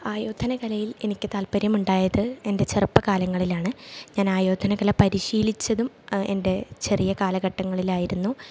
ആയോധന കലയിൽ എനിക്ക് താത്പര്യമുണ്ടായത് എൻ്റെ ചെറുപ്പ കാലങ്ങളിലാണ് ഞാൻ ആയോധന കല പരിശീലിച്ചതും എൻ്റെ ചെറിയ കാലഘട്ടങ്ങളിലായിരുന്നു